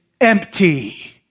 Empty